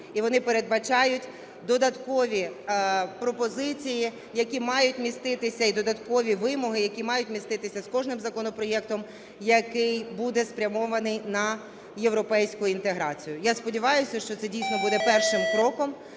І вони передбачають додаткові пропозиції, які мають міститися, і додаткові вимоги, які мають міститися з кожним законопроектом, який буде спрямований на європейську інтеграцію. Я сподіваюся, що це, дійсно, буде першим кроком,